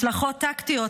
הצלחות טקטיות,